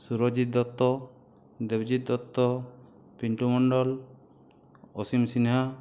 Surajit Dutta Debajit Dutta Pintu Mondal Asim Sinha